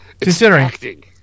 considering